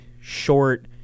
short